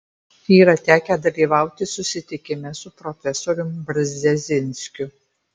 yra tekę dalyvauti susitikime su profesorium brzezinskiu